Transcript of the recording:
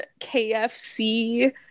kfc